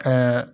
اۭں